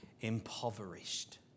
impoverished